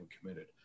committed